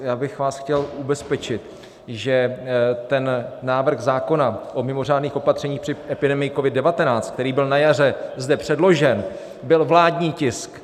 Já bych vás chtěl ubezpečit, že ten návrh zákona o mimořádných opatřeních při epidemii COVID19, který byl na jaře zde předložen, byl vládní tisk.